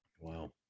wow